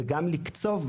וגם לקצוב,